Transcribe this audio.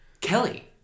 Kelly